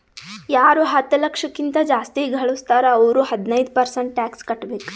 ಯಾರು ಹತ್ತ ಲಕ್ಷ ಕಿಂತಾ ಜಾಸ್ತಿ ಘಳುಸ್ತಾರ್ ಅವ್ರು ಹದಿನೈದ್ ಪರ್ಸೆಂಟ್ ಟ್ಯಾಕ್ಸ್ ಕಟ್ಟಬೇಕ್